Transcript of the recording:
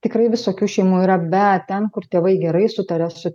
tikrai visokių šeimų yra bet ten kur tėvai gerai sutaria su